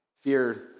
Fear